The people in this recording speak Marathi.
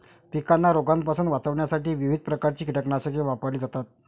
पिकांना रोगांपासून वाचवण्यासाठी विविध प्रकारची कीटकनाशके वापरली जातात